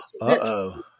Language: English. Uh-oh